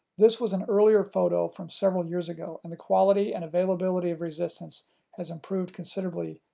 this was an earlier photo from several years ago and the quality and availability of resistance has improved considerably.